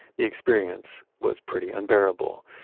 the experience was pretty unbearable.